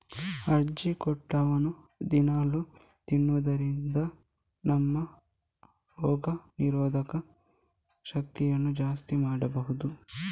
ಅಜ್ಜಿಕೊಟ್ಲವನ್ನ ದಿನಾಲೂ ತಿನ್ನುದರಿಂದ ನಮ್ಮ ರೋಗ ನಿರೋಧಕ ಶಕ್ತಿಯನ್ನ ಜಾಸ್ತಿ ಮಾಡ್ಬಹುದು